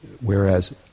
Whereas